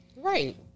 Right